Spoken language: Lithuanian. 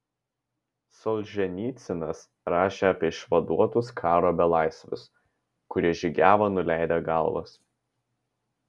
solženicynas rašė apie išvaduotus karo belaisvius kurie žygiavo nuleidę galvas